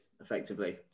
effectively